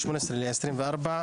כבוד היו"ר,